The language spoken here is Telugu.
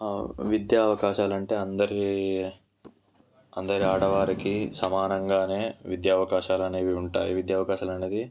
విద్యా అవకాశాలు అంటే అందరి అందరి ఆడవారికి సమానంగా విద్యా అవకాశాలు అనేవి ఉంటాయి విద్యా అవకాశాలు అనేవి